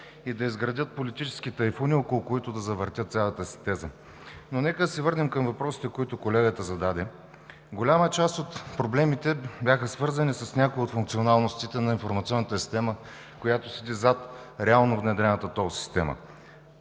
и да изградят политически тайфуни, около които да завъртят цялата си теза. Но нека се върнем към въпросите, които колегата зададе. Голяма част от проблемите бяха свързани с някои от функционалностите на информационната система, която стои зад реално внедрената тол система.